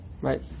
right